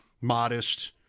modest